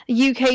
UK